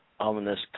ominous